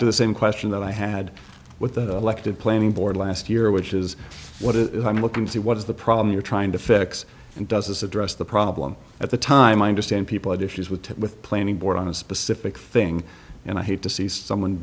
to the same question that i had with the elected planning board last year which is what it is i'm looking to see what is the problem you're trying to fix and does this address the problem at the time i understand people had issues with with planning board on a specific thing and i hate to see someone